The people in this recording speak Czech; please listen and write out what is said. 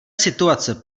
situace